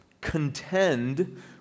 contend